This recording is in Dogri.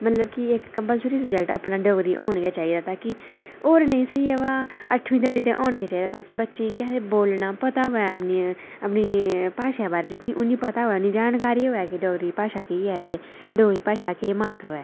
मतलब कि अपना डोगरी सब्जैक्ट कम्पलसरी होना गै चाहिदा होर नेईं स्हेई बा अठमीं धोड़ी होना गै चाहिदा क्योंकि बच्चें गी बोलना पता होऐ अपनी भाशें दे बारे च उ'नें गी पता होऐ तां जानकारी होऐ तां डोगरी भाशा केह् ऐ ते डोगरी भाशा दा केह् म्हत्व ऐ